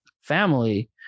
family